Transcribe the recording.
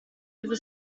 over